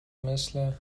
مثل